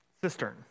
Cistern